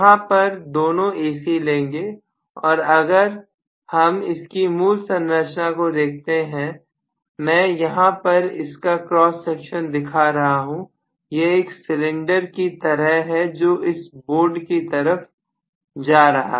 यहां पर दोनों AC लेंगे और अगर हम इसकी मूल संरचना को देखते हैं मैं यहां पर इसका क्रॉस सेक्शन दिखा रहा हूं यह एक सिलेंडर की तरह है जो इस बोर्ड की तरफ जा रहा है